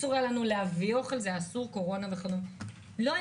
אסור היה לנו להביא אוכל בגלל קורונה ולא היה אוכל,